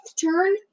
turn